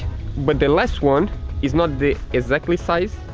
but the last one is not the exactly size.